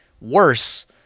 worse